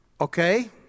okay